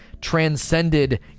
transcended